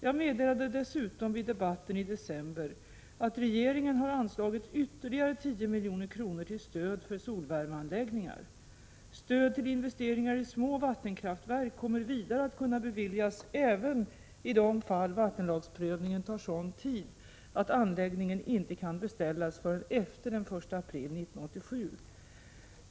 Jag meddelade dessutom vid debatten i december att regeringen har anslagit ytterligare 10 milj.kr. till stöd för solvärmeanläggningar. Stöd till investeringar i små vattenkraftverk kommer vidare att kunna beviljas även i de fall vattenlagsprövningen tar sådan tid att anläggningen inte kan beställas förrän efter den 1 april 1987.